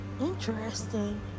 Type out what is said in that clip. Interesting